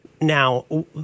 Now